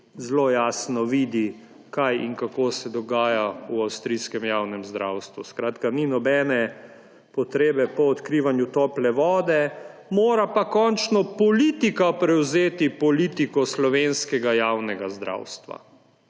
zelo jasno vidi, kaj in kako se dogaja v avstrijskem javnem zdravstvu. Skratka ni nobene potrebe po odkrivanju tople vode, mora pa končno politika prevzeti politiko slovenskega javnega zdravstva.